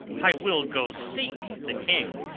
i will go seek the king.